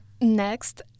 next